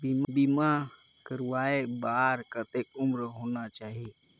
बीमा करवाय बार कतेक उम्र होना चाही?